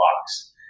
box